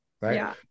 right